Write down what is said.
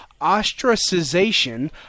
Ostracization